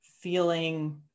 feeling